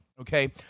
okay